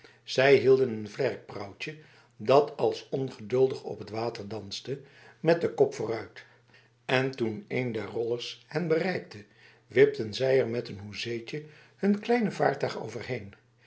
zij hielden een vlerkprauwtje dat als ongeduldig op het water danste met de kop vooruit en toen een der rollers hen bereikte wipten zij er met een hoezeetje hun kleine vaartuig overheen